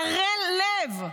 ערל לב.